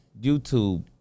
YouTube